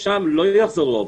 לשם לא יחזרו העובדים.